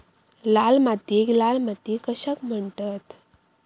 लाल मातीयेक लाल माती कशाक म्हणतत?